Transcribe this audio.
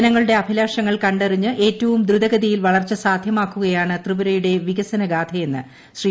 ജനങ്ങളുടെ അഭിലാഷങ്ങൾ കണ്ടറിഞ്ഞ് ഏറ്റവും ധ്രുതഗതിയിൽ വളർച്ച സാധ്യമാക്കുകയാണ് ത്രിപുരയുടെ വികസന ഗാഥയെന്ന് ശ്രീ